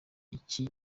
iki